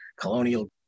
colonial